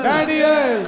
Daniel